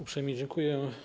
Uprzejmie dziękuję.